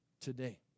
today